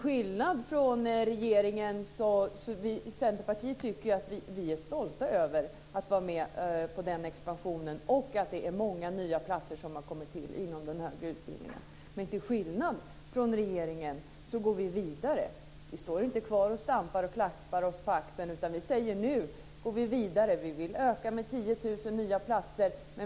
Vi i Centerpartiet är stolta över att vara med på den här expansionen och över att det är många nya platser som har kommit till inom den högre utbildningen. Men till skillnad från regeringen går vi vidare. Vi står inte kvar och stampar och klappar oss på axeln, utan vi säger: Nu går vi vidare. Vi vill öka med 10 000 nya platser.